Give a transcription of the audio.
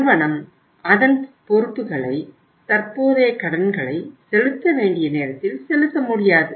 நிறுவனம் அதன் பொறுப்புகளை தற்போதைய கடன்களை செலுத்த வேண்டிய நேரத்தில் செலுத்த முடியாது